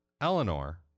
Eleanor